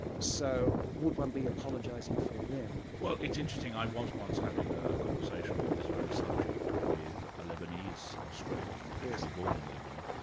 so would one be apologising for them? well it's interesting, i was once having a conversation on this very subject with a lebanese actually born in lebanon,